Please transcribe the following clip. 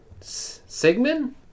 Sigmund